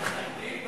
תקדים?